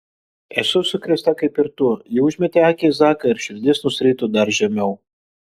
esu sukrėsta kaip ir tu ji užmetė akį į zaką ir širdis nusirito dar žemiau